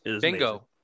Bingo